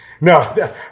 no